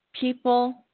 people